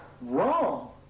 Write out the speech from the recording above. Wrong